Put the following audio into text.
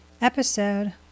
Episode